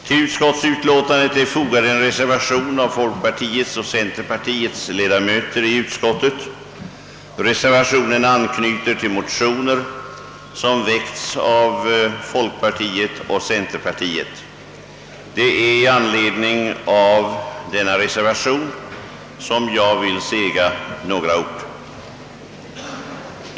Till utskottsutlåtandet är fogad en reservation av folkpartiets och centerpartiets ledamöter i utskottet. Reservationen anknyter till motioner som väckts av folkpartiet och centerpartiet. Det är i anledning av denna reservation som jag vill säga några ord.